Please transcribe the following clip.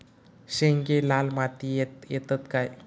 शेंगे लाल मातीयेत येतत काय?